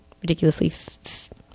ridiculously